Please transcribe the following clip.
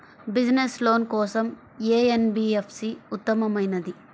Business loan కోసం ఏ NBFC ఉత్తమమైనది?